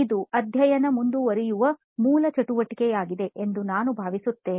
ಇದು ಅಧ್ಯಯನ ಮುಂದುವರಿಯುವ ಮೂಲ ಚಟುವಟಿಕೆಯಾಗಿದೆ ಎಂದು ನಾನು ಭಾವಿಸುತ್ತೇನೆ